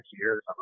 years